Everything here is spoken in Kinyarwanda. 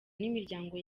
n’imiryango